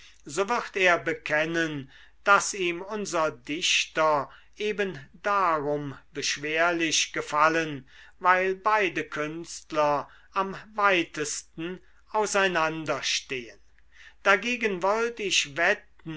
so wird er bekennen daß ihm unser dichter eben darum beschwerlich gefallen weil beide künstler am weitesten auseinander stehen dagegen wollt ich wetten